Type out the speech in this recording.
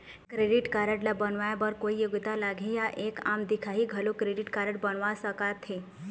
Credit card ला बनवाए बर कोई योग्यता लगही या एक आम दिखाही घलो क्रेडिट कारड बनवा सका थे?